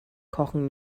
kochen